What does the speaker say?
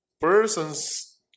persons